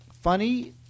Funny